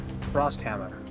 Frosthammer